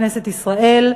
מכנסת ישראל,